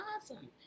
awesome